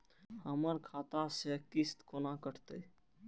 हमर खाता से किस्त कोना कटतै?